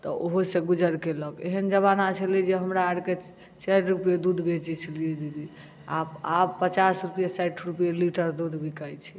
तऽ ओहोसँ गुजर कयलक एहन जमाना छलै जे हमरा अर के चारि रुपैए दूध बेचैत छलियै दीदी आब आब पचास रुपैए साठि रुपैए लीटर दूध बिकाइत छै